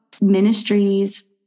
ministries